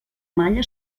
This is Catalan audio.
malla